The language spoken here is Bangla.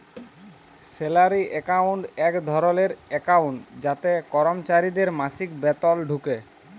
স্যালারি একাউন্ট এক ধরলের একাউন্ট যাতে করমচারিদের মাসিক বেতল ঢুকে